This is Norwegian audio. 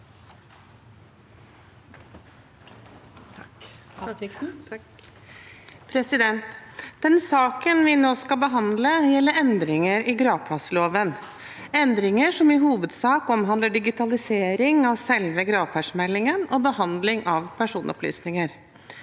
for saken): Den saken vi nå skal behandle, gjelder endringer i gravplassloven – endringer som i hovedsak omhandler digitalisering av selve gravferdsmeldingen og behandling av personopplysninger.